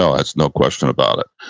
so that's no question about it.